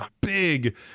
big